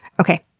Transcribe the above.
okay.